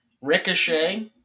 Ricochet